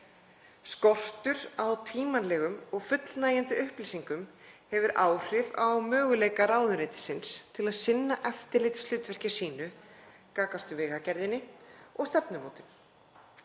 Skortur á tímanlegum og fullnægjandi upplýsingum hefur áhrif á möguleika ráðuneytisins til að sinna eftirlitshlutverki sínu gagnvart Vegagerðinni og stefnumótun.